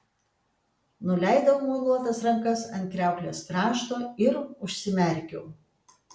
nuleidau muiluotas rankas ant kriauklės krašto ir užsimerkiau